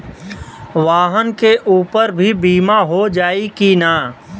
वाहन के ऊपर भी बीमा हो जाई की ना?